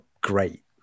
great